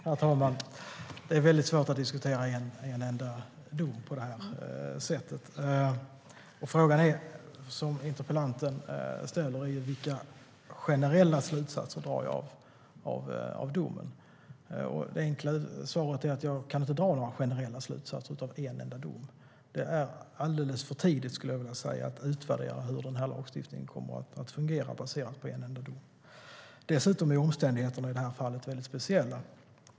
Herr talman! Det är väldigt svårt att diskutera en enskild dom på det här sättet. Frågan från interpellanten är vilka generella slutsatser jag drar av domen. Det enkla svaret är att jag inte kan dra några generella slutsatser av en enskild dom. Det är alldeles för tidigt, skulle jag vilja säga, att utvärdera hur den här lagstiftningen kommer att fungera baserat på en enda dom. Dessutom är omständigheterna i fallet väldigt speciella.